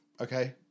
Okay